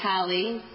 Hallie